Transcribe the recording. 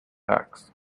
tax